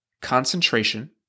concentration